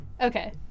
Okay